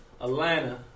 Atlanta